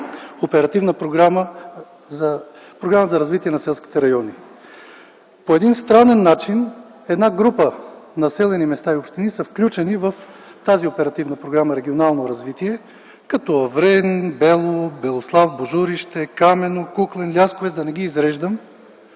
развитие” и Програмата за развитие на селските райони. По един странен начин една група населени места и общини са включени в тази оперативна програма „Регионално развитие”, като Аврен, Белово, Белослав, Божурище, Камено, Куклен, Лясковец – да не ги изреждам,